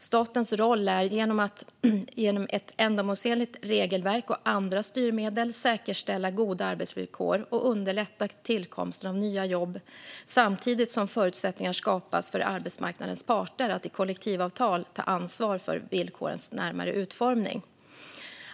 Statens roll är att genom ett ändamålsenligt regelverk och andra styrmedel säkerställa goda arbetsvillkor och underlätta tillkomsten av nya jobb samtidigt som förutsättningar skapas för arbetsmarknadens parter att i kollektivavtal ta ansvar för villkorens närmare utformning.